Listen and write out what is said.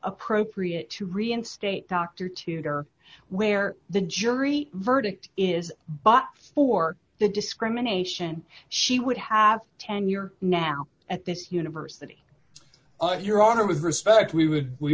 appropriate to reinstate doctor tutor where the jury verdict is but for the discrimination she would have tenure now at this university and your honor with respect we would we